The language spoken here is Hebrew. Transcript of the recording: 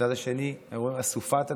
מהצד השני, הם רואים אסופת אנשים,